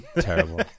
Terrible